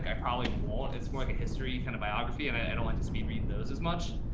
i probably won't, it's more like a history kind of biography and i don't like to speed, read those as much.